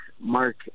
Mark